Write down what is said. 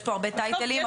יש פה הרבה טייטלים,